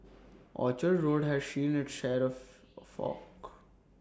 Orchard road has seen it's share of fork